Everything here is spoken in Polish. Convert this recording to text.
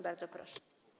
Bardzo proszę.